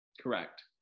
correct